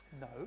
No